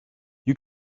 you